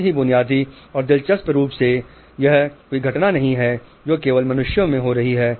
बहुत ही बुनियादी और दिलचस्प रूप से यह कोई घटना नहीं है जो केवल मनुष्यों में हो रही है